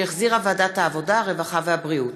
שהחזירה ועדת העבודה, הרווחה והבריאות,